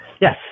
Yes